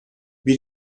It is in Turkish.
bir